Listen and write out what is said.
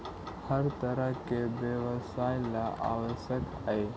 हर तरह के व्यवसाय ला आवश्यक हई